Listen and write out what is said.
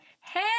hey